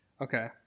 okay